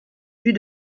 vues